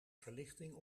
verlichting